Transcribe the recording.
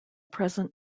present